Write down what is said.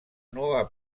nuova